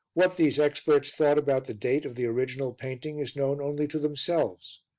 what these experts thought about the date of the original painting is known only to themselves.